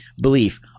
belief